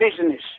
business